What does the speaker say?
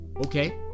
okay